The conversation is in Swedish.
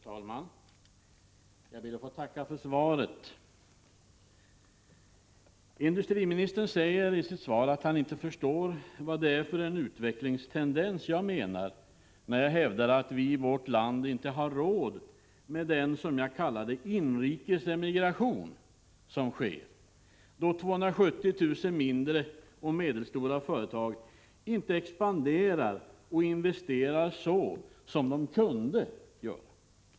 Herr talman! Jag ber att få tacka för svaret. Industriministern säger i sitt svar att han inte förstår vad det är för en utvecklingstendens jag menar när jag hävdar att vi i vårt land inte har råd med den som jag kallar det ”inrikes emigration” som sker då 270 000 mindre och medelstora företag inte expanderar och investerar så som de kunde göra.